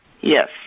yes